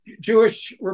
Jewish